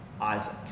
Isaac